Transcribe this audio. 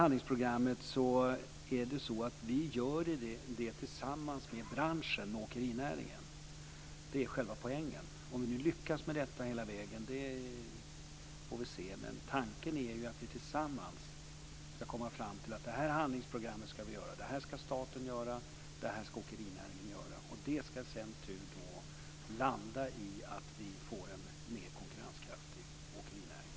Handlingsprogrammet tas fram med branschen, dvs. åkerinäringen. Det är poängen. Vi får se om vi lyckas gå hela vägen. Tanken är att vi tillsammans ska komma fram till handlingsprogrammet, vad staten och vad åkerinäringen ska göra. Det ska sedan landa i en mer konkurrenskraftig åkerinäring.